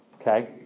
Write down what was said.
okay